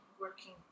working